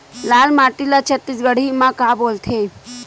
लाल माटी ला छत्तीसगढ़ी मा का बोलथे?